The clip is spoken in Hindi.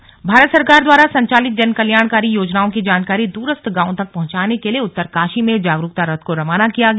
स्लग जागरुकता रथ भारत सरकार द्वारा संचालित जनकल्याणकारी योजनाओं की जानकारी द्रस्थ गांवों तक पहंचाने के लिए उत्तरकाशी में जागरुकता रथ को रवाना किया गया